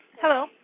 Hello